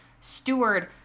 steward